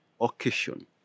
occasion